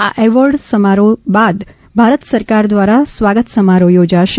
આ એવોર્ડ સમારોહ બાદ ભારત સરકાર દ્વારા સ્વાગત સમારોહ યોજાશે